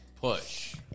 push